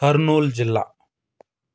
కర్నూలు జిల్లా